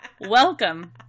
Welcome